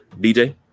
DJ